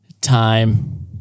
time